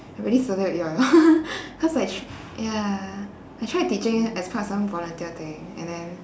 I already cause like s~ ya I tried teaching as part some volunteer thing and then